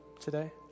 today